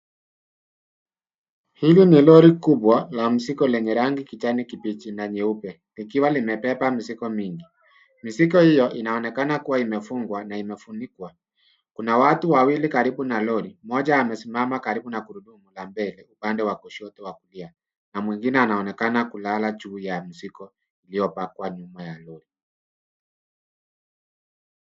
Hili ni lori kubwa la mzigo lenye rangi kijani kibichi na nyeupe likiwa limebeba mizigo mingi. Mizigo hiyo inaonekana kuwa imefungwa na imefunikwa. Kuna watu wawili karibu na lori, mmoja amesimama karibu na gurudumu la mbele upande wa kushoto wa kulia na mwingine anaonekana kulala juu ya mizigo iliyopangwa nyuma ya lori.